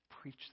Preach